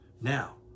Now